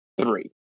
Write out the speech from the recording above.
Three